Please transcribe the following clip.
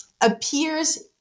appears